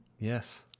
Yes